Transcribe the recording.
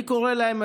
אני קורא להם,